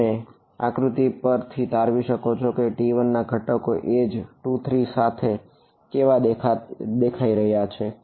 તમે આકૃતિ પરથી તે તારવી શકો છો કે T1 ના ઘટકો એજ 2 3 સાથે તે કેવા દેખાય રહ્યા છે